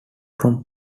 from